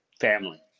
Family